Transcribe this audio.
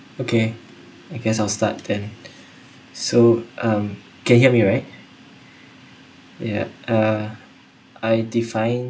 okay I guess I'll start then so um can hear me right yeah uh I define